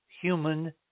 human